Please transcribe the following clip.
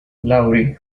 laurie